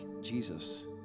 Jesus